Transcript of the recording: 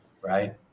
right